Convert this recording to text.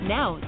Now